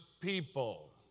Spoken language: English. people